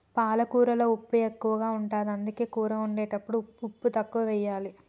పాలకూరలో ఉప్పు ఎక్కువ ఉంటది, అందుకే కూర వండేటప్పుడు ఉప్పు తక్కువెయ్యాలి